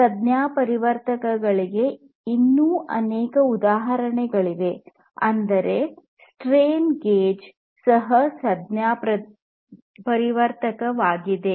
ಸಂಜ್ಞಾಪರಿವರ್ತಕಗಳಿಗೆ ಇನ್ನೂ ಅನೇಕ ಉದಾಹರಣೆಗಳಿವೆ ಅಂದರೆ ಸ್ಟ್ರೈನ್ ಗೇಜ್ ಸಹ ಸಂಜ್ಞಾಪರಿವರ್ತಕವಾಗಿದೆ